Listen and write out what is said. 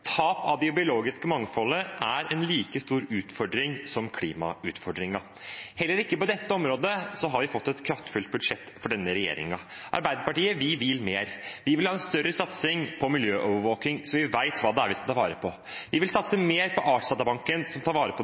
Tap av det biologiske mangfoldet er en like stor utfordring som klimautfordringen. Heller ikke på dette området har vi fått et kraftfullt budsjett fra denne regjeringen. Arbeiderpartiet vil mer. Vi vil ha en større satsing på miljøovervåkning, så vi vet hva vi skal ta vare på. Vi vil satse mer på Artsdatabanken, som tar vare på